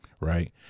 Right